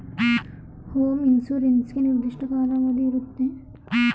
home insurance ಗೆ ನಿರ್ದಿಷ್ಟ ಕಾಲಾವಧಿ ಇರುತ್ತೆ